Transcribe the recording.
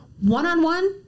One-on-one